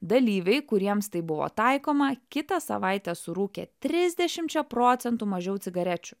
dalyviai kuriems tai buvo taikoma kitą savaitę surūkė trisdešimčia procentų mažiau cigarečių